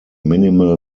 minimal